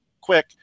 quick